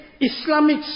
Islamic